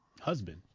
husband